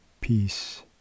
peace